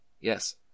Yes